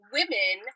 Women